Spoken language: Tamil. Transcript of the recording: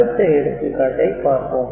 அடுத்த எடுத்துக்காட்டை பார்ப்போம்